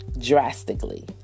Drastically